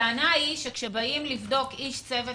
הטענה היא שכאשר באים לבדוק איש צוות